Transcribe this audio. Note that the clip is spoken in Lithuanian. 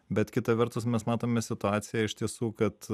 bet kita vertus mes matome situaciją iš tiesų kad